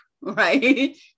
right